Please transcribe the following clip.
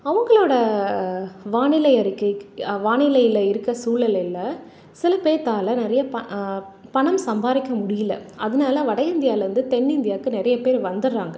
அவங்களோடய வானிலை அறிக்கை வானிலையில் இருக்க சூழலுல சில பேத்தால் நிறைய ப பணம் சம்பாதிக்க முடியிலை அதனால வடஇந்தியாவிலேந்து தென்னிந்தியாவுக்கு நிறைய பேர் வந்துடுறாங்க